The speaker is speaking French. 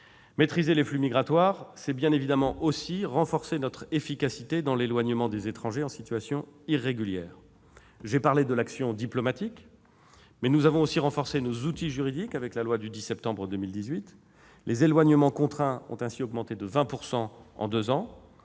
Maîtriser les flux migratoires, c'est bien évidemment aussi renforcer notre efficacité dans l'éloignement des étrangers en situation irrégulière. J'ai parlé de l'action diplomatique. Mais nous avons aussi renforcé nos outils juridiques, avec la loi du 10 septembre 2018. Les éloignements contraints ont ainsi augmenté de 20 % en deux ans.